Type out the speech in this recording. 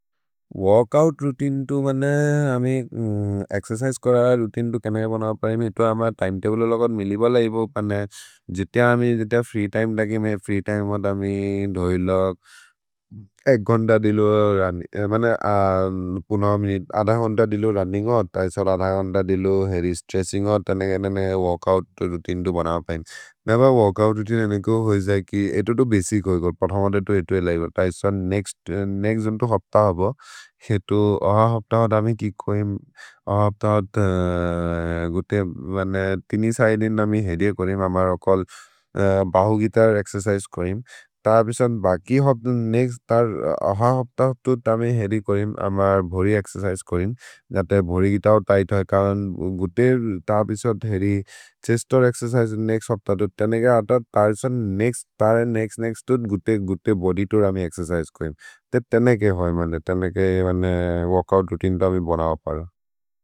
वोर्कोउत् रोउतिने तु बन्ने अमि एक्सेर्चिसे कर रोउतिने तु केनगे बनव प्रएमे? इतो अम तिमेतब्ले लोगर् मिलि बल इपो पन्ने। जितिअ अमि जितिअ फ्री तिमे द केमे, फ्री तिमे मत् अमि धोय् लोग् एक् गुन्द दिलो, मन पुन अमि अध गुन्द दिलो रुन्निन्ग् होत्। तैशोरे अध गुन्द दिलो हेरि स्त्रेस्सिन्ग् होत्, तने केनने वोर्कोउत् रोउतिने तु बनव प्रएमे। नेब वोर्कोउत् रोउतिने एनेगो होइ जै कि, एतो तु बसिच् हो एकोर्, तैशोरे नेक्स्त् नेक्स्त् जुन्तो हफ्त होबो, हेतु अह हफ्त होत् अमि कि कोइम्। अह हफ्त होत् गुते बन्ने तिनि सिदे इन् अमि हेरि कोइम्, अमर् अकोल् बहु गितर् एक्सेर्चिसे कोइम्, त अबिसोद् बकि हफ्त नेक्स्त्, त अह हफ्त होत् तुत् अमि हेरि कोइम्। अमर् भोरि एक्सेर्चिसे कोइम्, जते भोरि गित हो तिघ्त् होइ, करन् गुते त अबिसोद् हेरि छेस्तोर् एक्सेर्चिसे नेक्स्त् हफ्त तुत्, तने के हफ्त तैशोरे नेक्स्त्। तरे नेक्स्त् नेक्स्त् तुत्, गुते गुते बोदि तुत् अमि एक्सेर्चिसे कोइम्, ते तने के होइ मन, तने के एवने वोर्कोउत् रोउतिने तु अमि बनव पर।